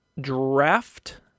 draft